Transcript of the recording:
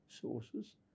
sources